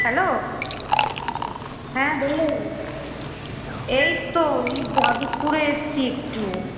hello হ্যাঁ বলো এই তো আমি যাদবপুরে এসেছি একটু